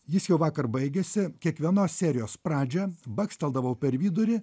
jis jau vakar baigėsi kiekvienos serijos pradžią baksteldavau per vidurį